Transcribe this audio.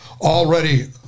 already